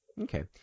Okay